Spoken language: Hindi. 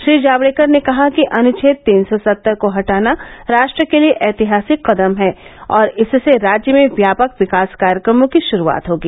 श्री जावड़ेकर ने कहा कि अनुच्छेद तीन सौ सत्तर को हटाना राष्ट्र के लिए ऐतिहासिक कदम है और इससे राज्य में व्यापक विकास कार्यक्रमों की शुरूआत होगी